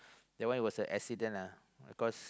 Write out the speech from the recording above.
that one it was an accident lah because